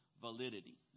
validity